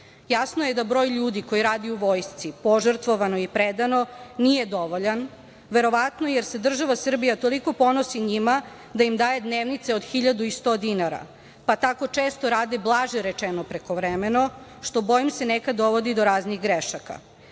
Jasno je da broj ljudi koji radi u vojsci, požrtvovano i predano nije dovoljan, verovatno jer se država Srbija toliko ponosi njima da im daje dnevnice od 1100 dinara, pa tako često rade, blaže rečeno prekovremeno, što bojim se nekada dovodi do raznih grešaka.